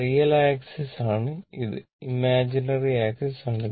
real axis ആണ് ഇത് imaginary axis ആണ്